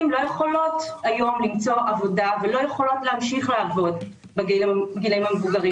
לא יכולות היום למצוא עבודה ולא יכולות להמשיך לעבוד בגיל המבוגר.